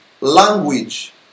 language